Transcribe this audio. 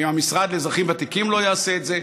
אם המשרד לאזרחים ותיקים לא יעשה את זה,